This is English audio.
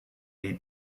need